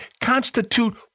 constitute